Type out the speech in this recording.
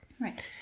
right